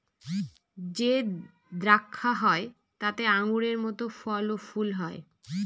যে দ্রাক্ষা হয় তাতে আঙুরের মত ফল আর ফুল হয়